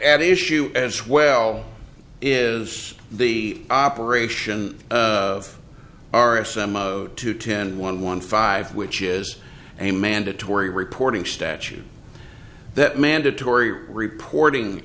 at issue as well is the operation of r s m of two ten one one five which is a mandatory reporting statute that mandatory reporting